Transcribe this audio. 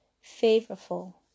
favorable